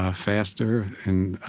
ah faster